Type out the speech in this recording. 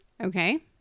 Okay